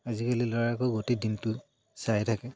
আজিকালি ল'ৰাই আকৌ গোটেই দিনটো চাই থাকে